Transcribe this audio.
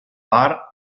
bar